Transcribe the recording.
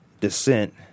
descent